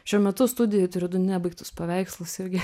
šiuo metu studijoj turiu du nebaigtus paveikslus irgi